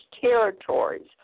territories